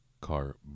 car